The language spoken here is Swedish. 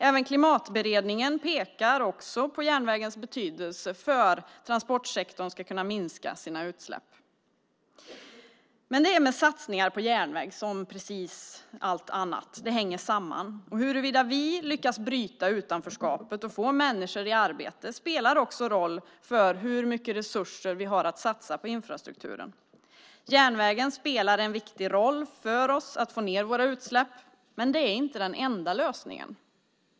Även Klimatberedningen pekar på järnvägens betydelse för att transportsektorn ska kunna minska sina utsläpp. Men det är med satsningar på järnväg som med allt annat. Det hänger samman. Huruvida vi lyckas bryta utanförskapet och få människor i arbete spelar också roll för hur mycket resurser vi har att satsa på infrastrukturen. Järnvägen spelar en viktig roll för oss att få ned våra utsläpp, men det är inte den enda lösningen.